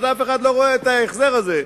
אז אף אחד לא רואה את ההחזר הזה,